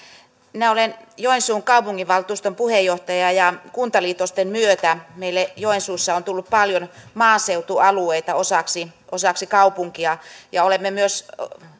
minä olen joensuun kaupunginvaltuuston puheenjohtaja ja kuntaliitosten myötä meille joensuussa on tullut paljon maaseutualueita osaksi osaksi kaupunkia ja olemme myös